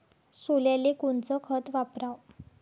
सोल्याले कोनचं खत वापराव?